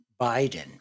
Biden